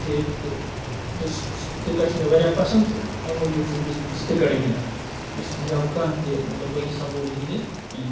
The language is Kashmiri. ٹھیٖک تہٕ کِرکَٹ چھُ مےٚ واریاہ پَسَنٛد تہٕ امہ موٗجوب چھُس بہٕ بہٕ چھُس کِرکَٹٕے گِنٛدان بیٚیہِ چھُس نہٕ ہیٚکان بہٕ کانٛہہ تہِ مَطلَب باقٕے سَپوٹس گِنٛدِتھ کِہیٖنۍ